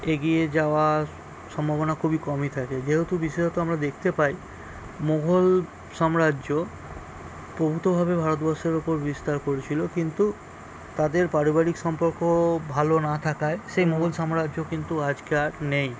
এগিয়ে যাওয়া সম্ভাবনা খুবই কমই থাকে যেহেতু বিশেষত আমরা দেখতে পাই মুঘল সাম্রাজ্য প্রভূতভাবে ভারতবর্ষের ওপর বিস্তার করেছিল কিন্তু তাদের পারিবারিক সম্পর্ক ভালো না থাকায় সেই মুঘল সাম্রাজ্য কিন্তু আজকে আর নেই